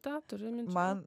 vita turi man